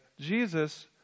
Jesus